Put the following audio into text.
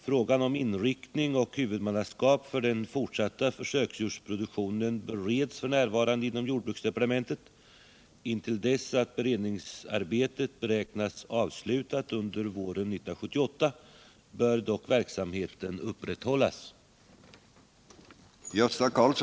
Frågan om inriktning och huvudmannaskap för den fortsatta försöksdjursproduktionen bereds f. n. inom jordbruksdepartementet. Intill dess att beredningsarbetet beräknas vara avslutat under våren 1978 bör dock verksamheten upprätthållas.